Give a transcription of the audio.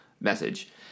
message